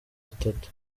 itatu